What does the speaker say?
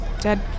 dead